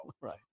right